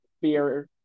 fear